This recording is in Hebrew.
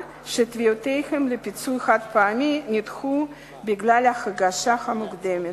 שתביעותיהם לפיצוי חד-פעמי נדחו בגלל ההגשה המוקדמת.